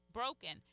broken